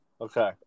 Okay